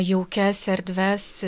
jaukias erdvias